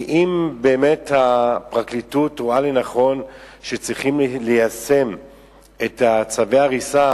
כי אם באמת הפרקליטות רואה לנכון שצריך ליישם את צווי ההריסה,